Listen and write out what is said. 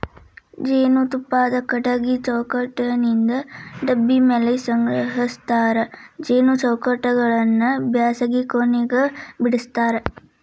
ಜೇನುತುಪ್ಪಾನ ಕಟಗಿ ಚೌಕಟ್ಟನಿಂತ ಡಬ್ಬಿ ಮ್ಯಾಲೆ ಸಂಗ್ರಹಸ್ತಾರ ಜೇನು ಚೌಕಟ್ಟಗಳನ್ನ ಬ್ಯಾಸಗಿ ಕೊನೆಗ ಬಿಡಸ್ತಾರ